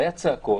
היו צעקות,